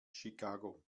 chicago